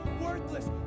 worthless